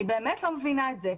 אני באמת לא מבינה את זה.